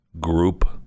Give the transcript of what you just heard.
group